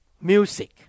music